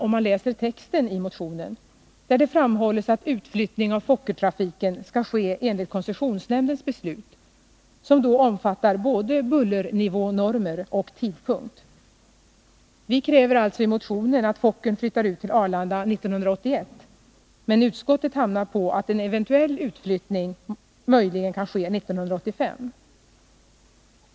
Om man läser texten i motionen skall man finna att det där framhålls att utflyttning av Fokkertrafiken skall ske enligt koncessionsnämndens beslut, vilket omfattar både bullernivånormer och tidpunkt. Vi kräver alltså i motionen att Fokkern flyttar ut till Arlanda 1981, medan utskottet menar att en utflyttning möjligen kan ske 1985.